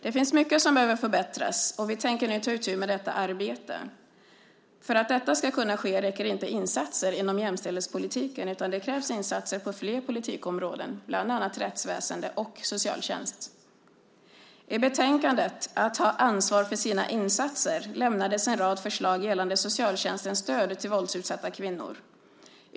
Det finns mycket som behöver förbättras, och vi tänker nu ta itu med detta arbete. För att det ska kunna ske räcker inte insatser inom jämställdhetspolitiken, utan det krävs insatser på fler politikområden, bland annat rättsväsende och socialtjänst. I betänkandet Att ta ansvar för sina insatser lämnades en rad förslag gällande socialtjänstens stöd till våldsutsatta kvinnor.